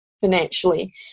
financially